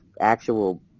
actual